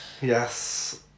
Yes